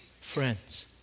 friends